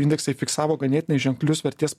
indeksai fiksavo ganėtinai ženklius vertės